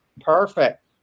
Perfect